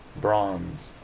bronze,